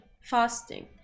fasting